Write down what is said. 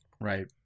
Right